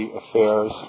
affairs